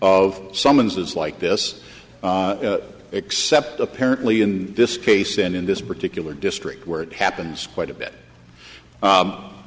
of summonses like this except apparently in this case and in this particular district where it happens quite a bit